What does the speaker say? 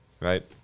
right